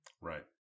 Right